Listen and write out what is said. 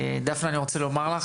דפנה, אני רוצה לומר לך